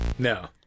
No